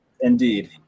indeed